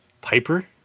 Piper